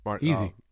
Easy